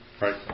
right